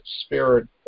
spirit